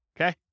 Okay